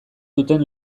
duten